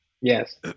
Yes